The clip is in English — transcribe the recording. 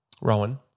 Rowan